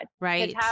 right